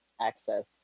access